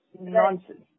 nonsense